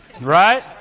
Right